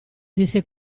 disse